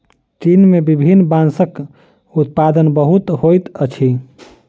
चीन में विभिन्न बांसक उत्पादन बहुत होइत अछि